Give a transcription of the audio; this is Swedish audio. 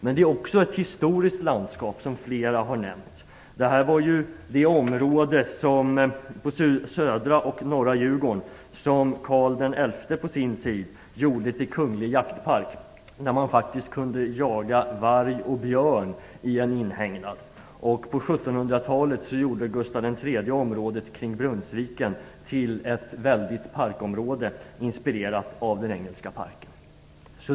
Men det är också ett historiskt landskap, som flera har nämnt. Det här var det område på södra och norra Djurgården som Karl XI på sin tid gjorde till kunglig jaktpark, där man faktiskt kunde jaga varg och björn i en inhägnad. På 1700-talet gjorde Gustav III området kring Brunnsviken till ett väldigt parkområde, inspirerat av den engelska parken.